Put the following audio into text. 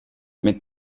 mit